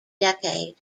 decade